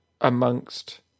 amongst